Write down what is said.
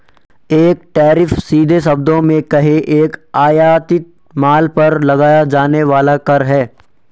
एक टैरिफ, सीधे शब्दों में कहें, एक आयातित माल पर लगाया जाने वाला कर है